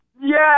Yes